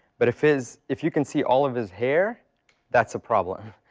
but if is if you can see all of his hair that's a problem.